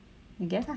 you guess ah